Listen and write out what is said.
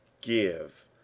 give